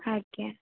ଆଜ୍ଞା